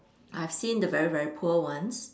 I've seen the very very poor ones